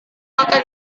akan